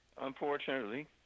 Unfortunately